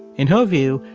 in her view,